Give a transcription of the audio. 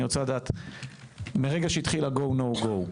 אני רוצה לדעת מרגע שהתחיל ה-GO /NO GO ,